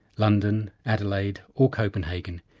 london, adelaide or copenhagen,